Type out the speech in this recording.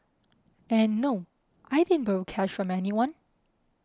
and no I didn't borrow cash from anyone